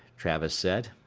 travis said,